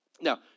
Now